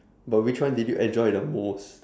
but which one did you enjoy the most